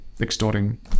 extorting